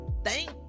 thank